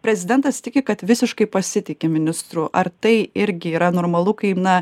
prezidentas tiki kad visiškai pasitiki ministru ar tai irgi yra normalu kai na